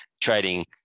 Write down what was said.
trading